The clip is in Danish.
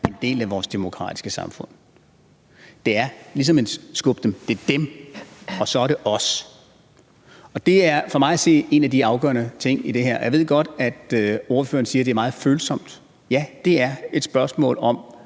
en del af vores demokratiske samfund. Det er ligesom at skubbe dem væk. Det er dem, og så er det os. Det er for mig at se en af de afgørende ting i det her. Jeg ved godt, at ordføreren siger, at det er meget følsomt. Ja, det er et spørgsmål om,